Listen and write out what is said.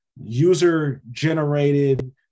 user-generated